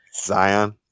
Zion